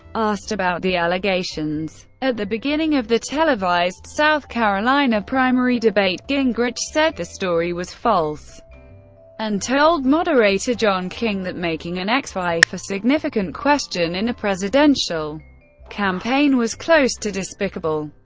asked about the allegations at the beginning of the televised south carolina primary debate, gingrich said the story was false and told moderator john king that making an ex-wife a significant question in a presidential campaign was close to despicable.